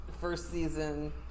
first-season